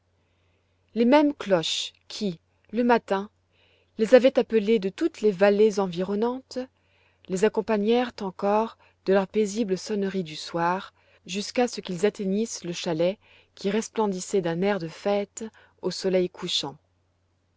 les mêmes cloches qui le matin les avaient appelés de toutes les vallées environnantes les accompagnèrent encore de leur paisible sonnerie du soir jusqu'à ce qu'ils atteignissent de chalet qui resplendissait d'un air de fête au soleil couchant